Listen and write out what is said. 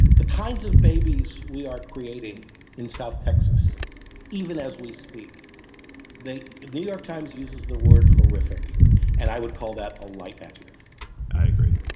the kinds of babies we are creating in south texas even as we speak and new york times uses the word horrific and i would call that a light adjective i agree.